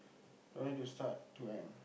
no need to start to end